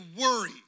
worry